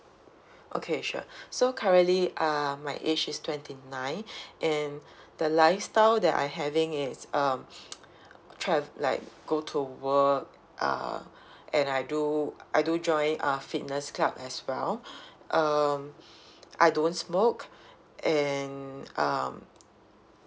okay sure so currently uh my age is twenty nine and the lifestyle that I having is um tra~ like go to work uh and I do I do join a fitness club as well um I don't smoke and um